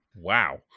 Wow